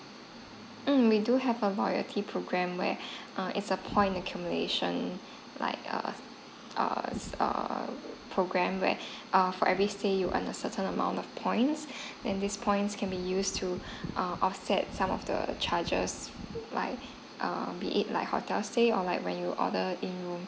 mm we do have a loyalty program where err it's a point accumulation like err err err program where err for every stay you earn a certain amount of points and this points can be used to err offset some of the charges like err be it like hotel stay or like when you order in room